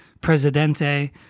Presidente